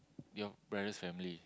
your parents family